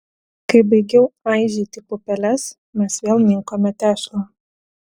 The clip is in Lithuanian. kai baigiau aižyti pupeles mes vėl minkome tešlą